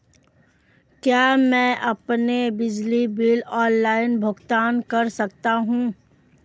क्या मैं अपना बिजली बिल ऑनलाइन भुगतान कर सकता हूँ?